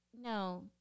no